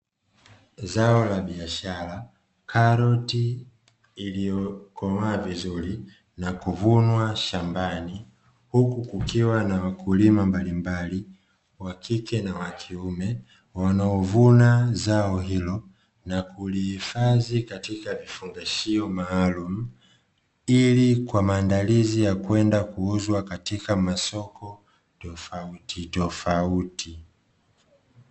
Zao la biashara karoti, lililokomaa vizuri na kuvunwa shambani, huku kukiwa na wakulima mbalimbali wa kike na wa kiume wanaolivuna zao hilo na kulihifadhi katika mifuko maalumu, ili kwa maandalizi ya kwenda kuuzwa katika masoko tofautitofauti.